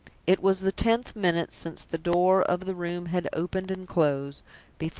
it was the tenth minute since the door of the room had opened and closed,